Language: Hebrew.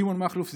שמעון מכלוף,